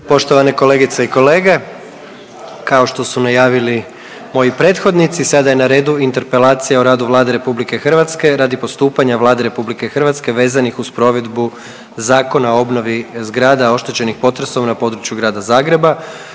Poštovane kolegice i kolege kao što su najavili moji prethodnici sada je na redu - Interpelacija o radu Vlade Republike Hrvatske radi postupanja Vlade Republike Hrvatske vezanih uz provedbu Zakona o obnovi zgrada oštećenih potresom na području Grada Zagreba,